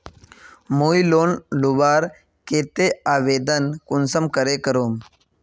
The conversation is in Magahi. मुई लोन लुबार केते आवेदन कुंसम करे करूम?